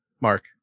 Mark